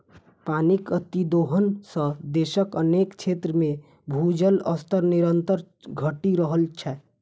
पानिक अतिदोहन सं देशक अनेक क्षेत्र मे भूजल स्तर निरंतर घटि रहल छै